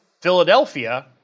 Philadelphia